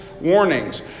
warnings